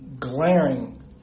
glaring